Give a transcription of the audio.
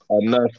enough